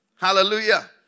Hallelujah